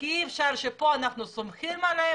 כי לא יכול להיות שפה אנחנו סומכים עליהם